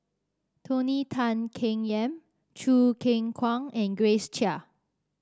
Tony Tan Keng Yam Choo Keng Kwang and Grace Chia